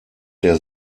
der